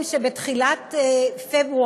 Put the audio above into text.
לפרוטוקול, חבר